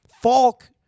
Falk